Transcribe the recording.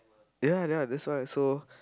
ya then I just find it so